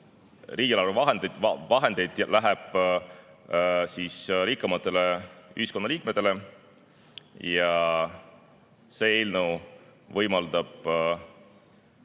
riigieelarve vahendeid läheb rikkamatele ühiskonnaliikmetele, ja see eelnõu võimaldab